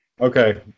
Okay